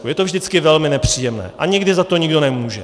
Je to vždycky velmi nepříjemné a nikdy za to nikdo nemůže.